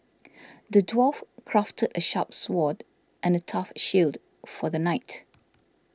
the dwarf crafted a sharp sword and a tough shield for the knight